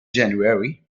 january